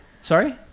Sorry